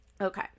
okay